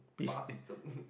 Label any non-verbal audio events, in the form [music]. pass system [laughs]